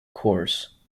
course